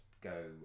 go